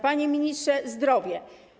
Panie ministrze - zdrowie.